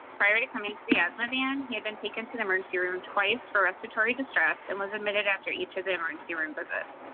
prior to coming to the asthma van, he had been taken to the emergency room twice for respiratory distress and was admitted after each of the emergency room visits.